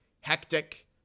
hectic